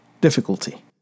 difficulty